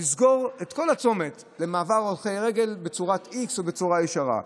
לסגור את כל הצומת למעבר להולכי רגל בצורת איקס או בצורה ישרה.